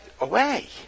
away